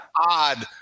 odd